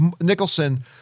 Nicholson